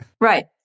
Right